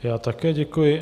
Já také děkuji.